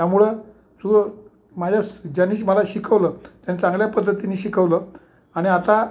त्यामुळं सूर माझ्या ज्यांनी मला शिकवलं त्यानी चांगल्या पद्धतीनी शिकवलं आणि आता